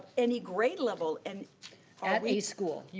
any grade level and at a school. yeah